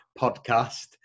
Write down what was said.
podcast